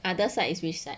other side is which side